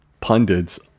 pundits